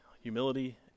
humility